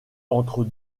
entre